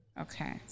Okay